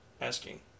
Asking